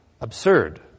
Absurd